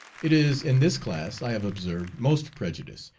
it is in this class i have observed most prejudice,